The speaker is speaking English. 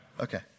Okay